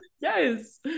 yes